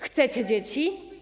Chcecie dzieci?